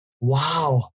wow